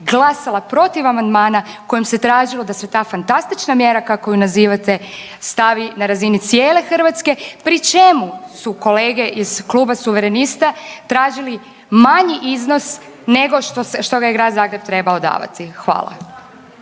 glasala protiv amandmana kojim se tražilo da se ta fantastična mjera kako ju nazivate stavi na razini cijele Hrvatske pri čemu su kolege iz kluba Suverenista tražili manji iznos nego što ga je Grad Zagreb trebao davati. Hvala.